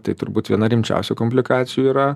tai turbūt viena rimčiausių komplikacijų yra